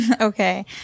okay